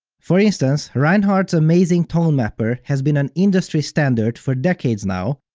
for instance, reinhard's amazing tone mapper has been an industry standard for decades now,